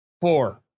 four